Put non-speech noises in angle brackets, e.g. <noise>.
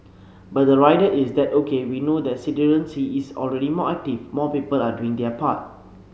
but the rider is that O K we know that <unintelligible> is already more active more people are doing their part